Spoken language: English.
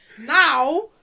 now